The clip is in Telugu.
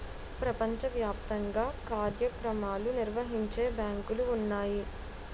ప్రపంచ వ్యాప్తంగా కార్యక్రమాలు నిర్వహించే బ్యాంకులు ఉన్నాయి